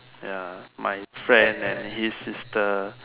ya my friend and his sister